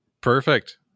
perfect